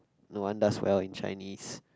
no one does well in Chinese